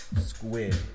squid